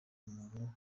umuntu